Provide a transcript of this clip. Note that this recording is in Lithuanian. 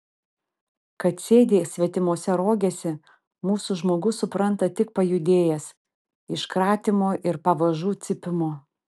kad sėdi svetimose rogėse mūsų žmogus supranta tik pajudėjęs iš kratymo ir pavažų cypimo